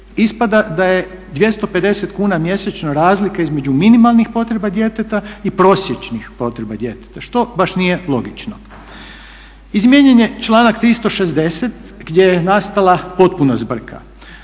ispada da je 250 kuna mjesečno razlika između minimalnih potreba djeteta i prosječnih potreba djeteta što baš nije logično. Izmijenjen je članak 360. gdje je nastala potpuna zbrka.